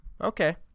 okay